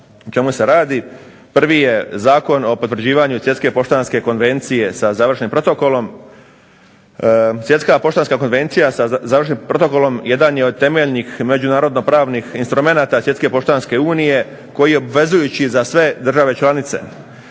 Prijedlog Zakona o potvrđivanju Svjetske poštanske konvencije sa završnim protokolom. Svjetska poštanska konvencija za završnim protokolom jedan je od temeljnih međunarodno pravnih instrumenata Svjetske poštanske unije koji je obvezujući za sve države članice.